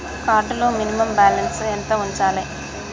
Card లో minimum balance ఎంత ఉంచాలే?